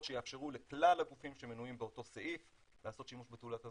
שיאפשרו לכלל הגופים שמנויים באותו סעיף לעשות שימוש בתעודת הזהות.